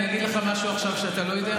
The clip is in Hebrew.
אני אגיד לך משהו עכשיו שאתה לא יודע,